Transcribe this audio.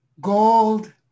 Gold